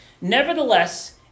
Nevertheless